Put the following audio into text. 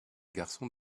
garçons